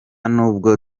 n’ubwo